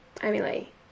Emily